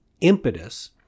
impetus